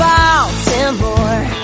Baltimore